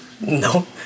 No